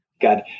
God